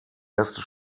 erste